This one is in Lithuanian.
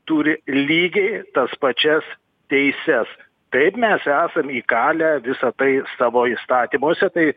turi lygiai tas pačias teises taip mes esame įkalę visa tai savo įstatymuose tai